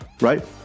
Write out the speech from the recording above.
Right